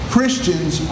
Christians